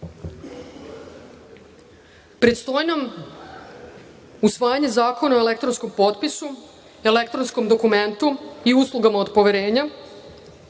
nam usvajanje zakona o elektronskom potpisu, elektronskom dokumentu i uslugama od poverenja,